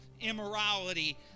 immorality